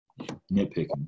nitpicking